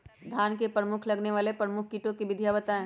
धान में लगने वाले प्रमुख कीट एवं विधियां बताएं?